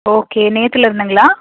okay நேற்றிலருந்துங்களா